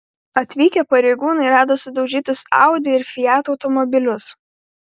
atvykę pareigūnai rado sudaužytus audi ir fiat automobilius